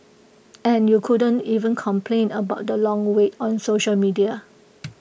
and you couldn't even complain about the long wait on social media